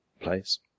place